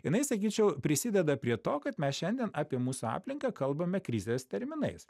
jinai sakyčiau prisideda prie to kad mes šiandien apie mūsų aplinką kalbame krizės terminais